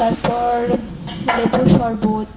তারপর লেবুর শরবত